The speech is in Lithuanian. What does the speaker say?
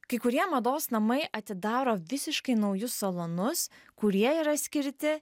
kai kurie mados namai atidaro visiškai naujus salonus kurie yra skirti